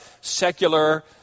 secular